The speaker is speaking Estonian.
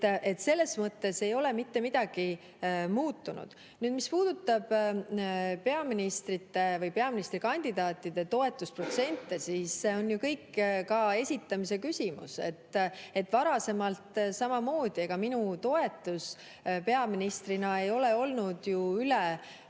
Selles mõttes ei ole mitte midagi muutunud. Mis puudutab peaministrikandidaatide toetusprotsente, siis see on ju kõik ka esitamise küsimus. Varasemalt samamoodi ka minu toetus peaministrina ei ole olnud ju